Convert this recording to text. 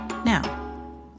now